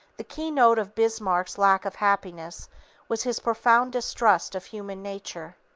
the keynote of bismarck's lack of happiness was his profound distrust of human nature.